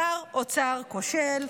שר אוצר כושל,